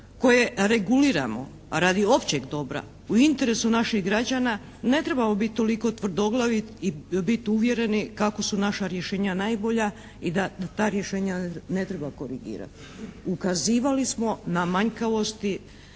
koje reguliramo radi općeg dobra u interesu naših građana, ne trebamo biti toliko tvrdoglavi i biti uvjereni kako su naša rješenja najbolja i da ta rješenja ne treba korigirati. Ukazivali smo na manjkavosti,